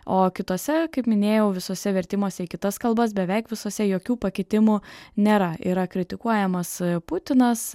o kitose kaip minėjau visuose vertimuose į kitas kalbas beveik visuose jokių pakitimų nėra yra kritikuojamas putinas